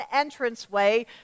entranceway